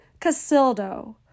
Casildo